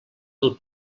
del